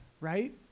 right